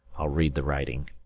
i'll read the writing.